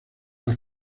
las